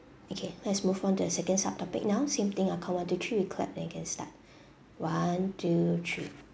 okay let's move on to the second sub topic now same thing I count one two three we clap and you can start one two three